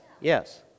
yes